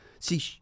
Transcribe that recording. See